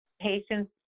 patients